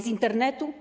Z Internetu?